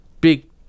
big